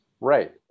Right